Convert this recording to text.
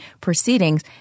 proceedings